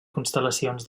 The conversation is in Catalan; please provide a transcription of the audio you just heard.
constel·lacions